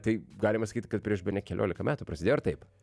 tai galima sakyt kad prieš bene keliolika metų prasidėjo ar taip